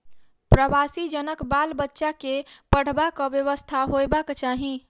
प्रवासी जनक बाल बच्चा के पढ़बाक व्यवस्था होयबाक चाही